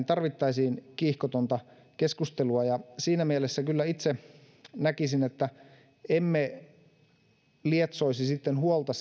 tarvittaisiin kiihkotonta keskustelua siinä mielessä kyllä itse näkisin että emme lietsoisi huolta